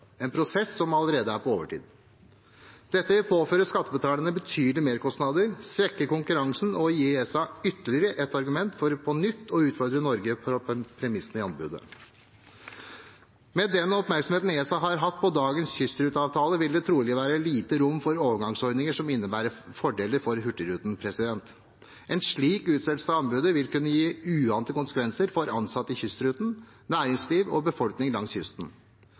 en prosess som allerede er på overtid. Dette vil påføre skattebetalerne betydelige merkostnader, svekke konkurransen og gi ESA ytterligere et argument for på nytt å utfordre Norge på premissene i anbudet. Med den oppmerksomheten ESA har hatt på dagens kystruteavtale, vil det trolig være lite rom for overgangsordninger som innebærer fordeler for Hurtigruten AS. En slik utsettelse av anbudet vil kunne gi uante konsekvenser for ansatte i kystruten, næringslivet og befolkningen langs kysten